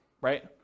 right